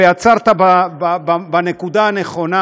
ועצרת בנקודה הנכונה,